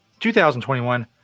2021